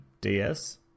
DS